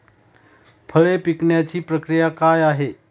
फळे पिकण्याची प्रक्रिया काय आहे?